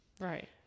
Right